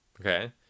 Okay